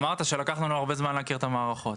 אמרת שלקח לנו הרבה זמן להכיר את המערכות,